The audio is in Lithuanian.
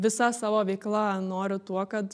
visa savo veikla noriu tuo kad